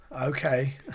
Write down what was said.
Okay